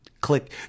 click